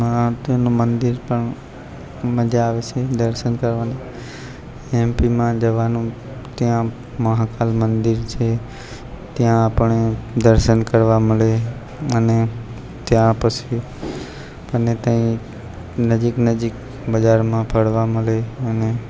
મહાદેવનું મંદિર પણ મજા આવશે દર્શન કરવાની એમપીમાં જવાનું ત્યાં મહાકાલ મંદિર છે ત્યાં આપણે દર્શન કરવા મળે અને ત્યાં પછી અને ત્યાં નજીક નજીક બજારમાં ફરવા મળે અને